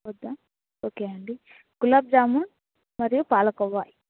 వద్దా ఓకే అండి గులాబ్ జామున్ మరియు పాలకోవా